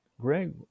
Greg